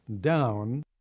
down